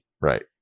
Right